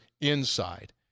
inside